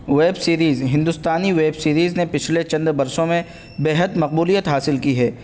web series ہندوستانی web series نے پچھلے چند برسوں میں بےحد مقبولیت حاصل کی ہے